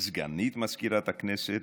סגנית מזכירת הכנסת,